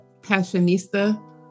Passionista